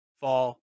fall